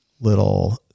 little